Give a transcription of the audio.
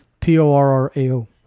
T-O-R-R-A-O